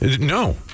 No